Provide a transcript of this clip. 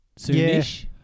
Soonish